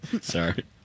Sorry